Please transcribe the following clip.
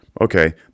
Okay